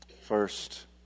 first